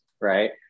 right